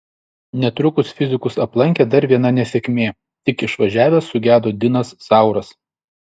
netrukus fizikus aplankė dar viena nesėkmė tik išvažiavęs sugedo dinas zauras